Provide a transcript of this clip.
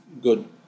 good